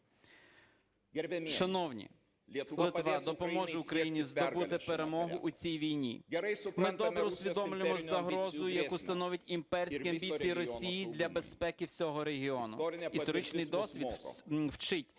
Шановні, Литва допоможе Україні здобути перемогу у цій війні. Ми добре усвідомлюємо загрозу, яку становлять імперські амбіції Росії для безпеки всього регіону. Історичний досвід вчить,